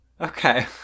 Okay